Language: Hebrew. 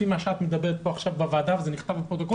לפי מה שאת אומרת כאן עכשיו בוועדה וזה נכתב בפרוטוקול,